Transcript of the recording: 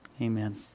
amen